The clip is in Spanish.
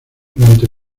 durante